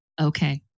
okay